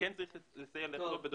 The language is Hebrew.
וכן צריך לסייע לדרום,